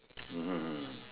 mmhmm